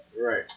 Right